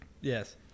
Yes